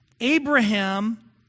Abraham